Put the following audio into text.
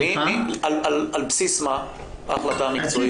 על בסיס מה ההחלטה המקצועית?